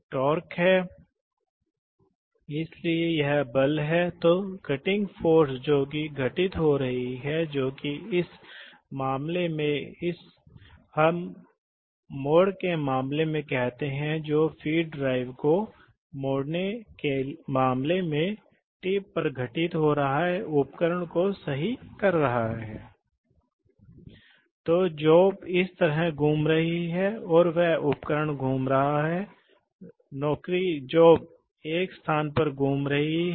तो यह इस तरह से जाता है और इसमें बहता है और फिर इस रास्ते से बाहर आता है और हम जुड़ जाएंगे देखें कि यह इस रास्ते से जुड़ा हुआ है इसलिए गति कितनी होगी यह प्रवाह नियंत्रण वाल्व की रेटिंग पर निर्भर करता है मान लीजिए कि यह है f1 दूसरी ओर जब यह इस तरफ बढ़ने की कोशिश कर रहा है तो बाएं से दाएं DCV के इस बॉक्स के अनुरूप स्थिति है इसलिए अब DCV इसके माध्यम से जुड़ने जा रहा है और यह पोर्ट यहां से जुड़ जाएगा